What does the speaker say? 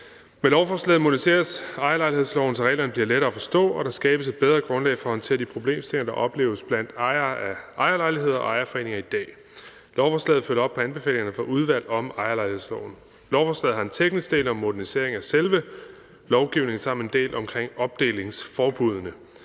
Med lovforslaget moderniseres ejerlejlighedsloven, så reglerne bliver lettere at forstå og der skabes et bedre grundlag for at håndtere de problemstillinger, der opleves blandt ejere af ejerlejligheder og ejerforeninger i dag. Lovforslaget følger op på anbefalingerne fra udvalget om ejerlejlighedsloven. Lovforslaget har en teknisk del om modernisering af selve lovgivningen samt en del omkring opdelingsforbuddene.